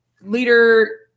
Leader